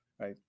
right